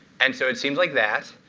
and so it seemed like that.